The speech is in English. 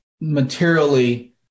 materially